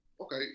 Okay